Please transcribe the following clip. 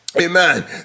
Amen